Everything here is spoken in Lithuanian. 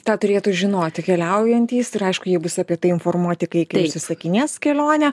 ką turėtų žinoti keliaujantys ir aišku jie bus apie tai informuoti kai užsisakinės kelionę